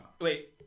wait